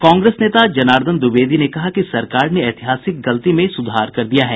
कांग्रेस नेता जनार्दन द्विवेदी ने कहा है कि सरकार ने ऐतिहासिक गलती में सुधार कर दिया है